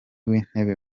w’intebe